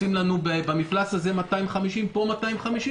במפלס הזה עושים לנו: פה 250,